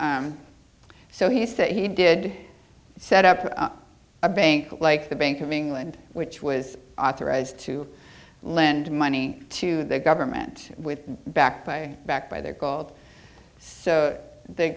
so he said he did set up a bank like the bank of england which was authorized to lend money to the government with back pay back by their gold so the